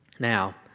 Now